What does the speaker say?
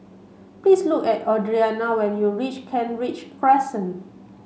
please look at Audriana when you reach Kent Ridge Crescent